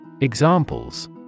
Examples